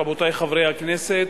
רבותי חברי הכנסת,